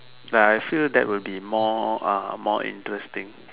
like I feel that will be more ah more interesting